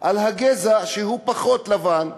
על הגזע שהוא פחות לבן,